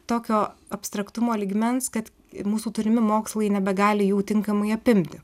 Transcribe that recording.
tokio abstraktumo lygmens kad ir mūsų turimi mokslai nebegali jų tinkamai apimti